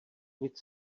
nic